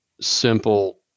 simple